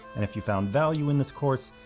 if you found value in this course,